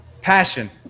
passion